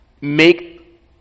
make